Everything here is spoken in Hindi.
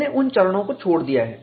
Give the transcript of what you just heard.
मैंने उन चरणों को छोड़ दिया है